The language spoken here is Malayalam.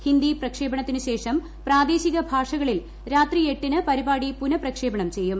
ഹിന്ദി പ്രക്ഷേപണത്തിന് ശേഷം പ്രാദേശിക ഭാഷകളിൽ രാത്രി എട്ടിന് പരിപാടി പുനപ്രക്ഷേപണം ചെയ്യും